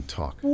talk